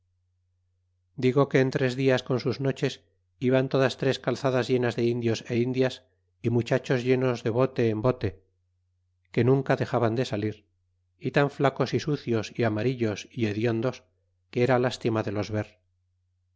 digo que en tres dias con sus noches iban todas tres calzadas llenas de indios é indias y muchachos llenos de bote en bote que nunca dexaban de salir y tan flacos y sucios é amarillos é hediondos que era lastima de los ver